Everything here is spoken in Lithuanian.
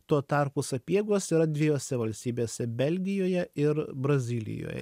tuo tarpu sapiegos yra dviejose valstybėse belgijoje ir brazilijoje